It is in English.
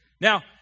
Now